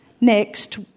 Next